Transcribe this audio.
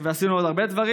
ועשינו עוד הרבה דברים.